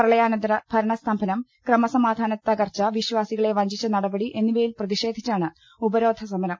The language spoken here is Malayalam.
പ്രളയാനന്തര ഭരണസ്തംഭനം ക്രമസമാധാനത്ത കർച്ച വിശ്വാസികളെ വഞ്ചിച്ച നടപടി എന്നിവയിൽ പ്രതിഷേധി ച്ചാണ് ഉപരോധസമരം